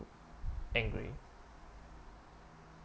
angry